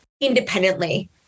independently